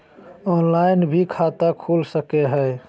Online भी खाता खूल सके हय?